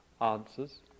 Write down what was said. answers